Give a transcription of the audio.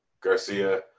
Garcia